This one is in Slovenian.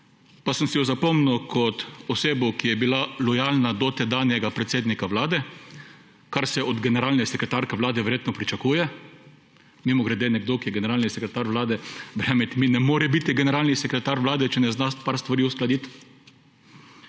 Pa sem si jo zapomnil kot osebo, ki je bila lojalna do tedanjega predsednika Vlade, kar se je od generalne sekretarke Vlade verjetno pričakuje. Mimogrede nekdo, ki je generalni sekretar Vlade / nerazumljivo/ ne more biti generalni sekretar Vlade, če ne zna par stvari uskladiti.